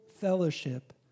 fellowship